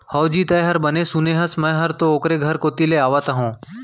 हवजी, तैंहर बने सुने हस, मैं हर तो ओकरे घर कोती ले आवत हँव